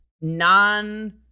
non